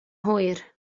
hwyr